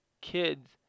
kids